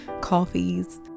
coffees